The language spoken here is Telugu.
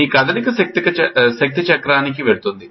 మీ కదలిక శక్తి చక్రానికి వెళుతుంది